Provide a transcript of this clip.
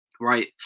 right